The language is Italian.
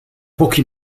pochi